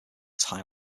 tai